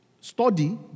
Study